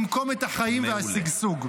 במקום את החיים והשגשוג.